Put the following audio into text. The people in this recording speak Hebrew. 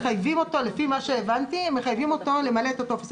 לפי מה שהבנתי, מחייבים אותו למלא את הטופס.